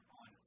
on